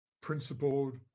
principled